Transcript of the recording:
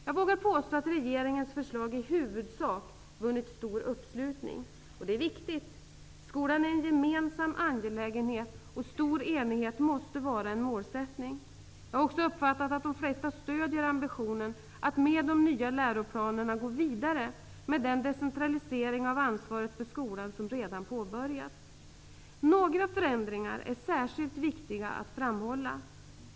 Jag vågar påstå att regeringens förslag i huvudsak vunnit stor uppslutning. Det är viktigt. Skolan är en gemensam angelägehet, och stor enighet måste vara en målsättning. Jag har också uppfattat att de flesta stöder ambitionen att med de nya läroplanerna gå vidare med den decentralisering av ansvaret för skolan som redan påbörjats. Några förändringar är särskilt viktiga att framhålla.